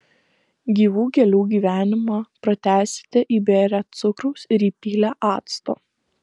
gyvų gėlių gyvenimą pratęsite įbėrę cukraus ir įpylę acto